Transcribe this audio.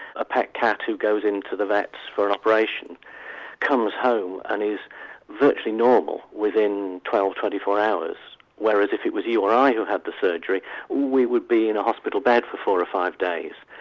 a pet cat who goes into the vets for an operation comes home and is virtually normal within twelve to twenty four hours whereas if it was you or i who had the surgery we would be in a hospital bed for four or five days.